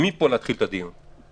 ומפה להתחיל את הדיון.